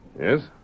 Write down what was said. Yes